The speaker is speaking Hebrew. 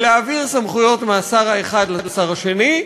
בהעברת סמכויות מהשר האחד לשר השני,